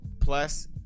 plus